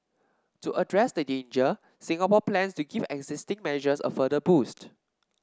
to address the danger Singapore plans to give existing measures a further boost